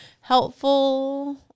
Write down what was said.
helpful